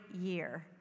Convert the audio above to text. year